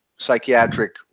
psychiatric